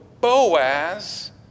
Boaz